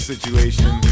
situation